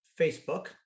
Facebook